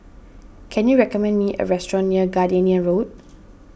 can you recommend me a restaurant near Gardenia Road